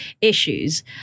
issues